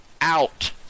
out